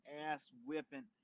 ass-whipping